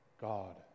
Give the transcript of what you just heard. God